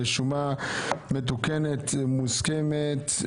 שומה מתוקנת מוסכמת),